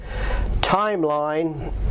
timeline